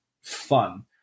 fun